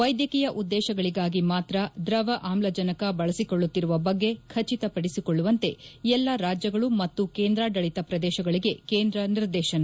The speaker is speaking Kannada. ವೈದ್ಯಕೀಯ ಉದ್ದೇಶಗಳಿಗಾಗಿ ಮಾತ್ರ ದ್ರವ ಆಮ್ಲಜನಕ ಬಳಸಿಕೊಳ್ಳುತ್ತಿರುವ ಬಗ್ಗೆ ಖಚಿತ ಪದಿಸಿಕೊಳ್ಳುವಂತೆ ಎಲ್ಲ ರಾಜ್ಯಗಳು ಮತ್ತು ಕೇಂದ್ರಾಡಳಿತ ಪ್ರದೇಶಗಳಿಗೆ ಕೇಂದ್ರ ನಿರ್ದೇಶನ